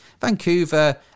Vancouver